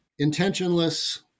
intentionless